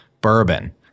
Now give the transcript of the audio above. bourbon